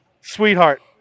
sweetheart